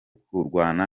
kurwana